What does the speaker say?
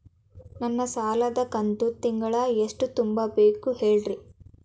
ನನ್ನ ಸಾಲದ ಕಂತು ತಿಂಗಳ ಎಷ್ಟ ತುಂಬಬೇಕು ಹೇಳ್ರಿ?